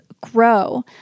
grow